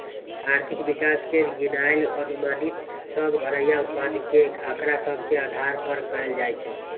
आर्थिक विकास के गिननाइ अनुमानित सभ घरइया उत्पाद के आकड़ा सभ के अधार पर कएल जाइ छइ